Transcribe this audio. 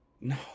No